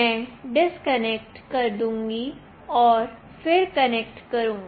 मैं डिस्कनेक्ट कर दूंगी और फिर कनेक्ट करूंगी